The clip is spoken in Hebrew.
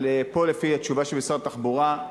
אבל פה, לפי התשובה של משרד התחבורה,